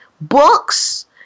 books